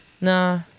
Nah